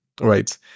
right